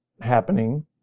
happening